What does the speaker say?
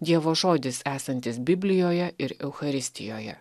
dievo žodis esantis biblijoje ir eucharistijoje